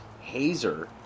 hazer